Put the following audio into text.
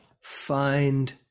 find